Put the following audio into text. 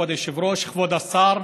כבוד היושב-ראש, כבוד השר,